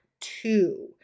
two